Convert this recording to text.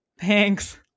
Thanks